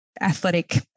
athletic